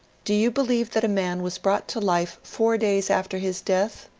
do you believe that a man was brought to life four days after his death?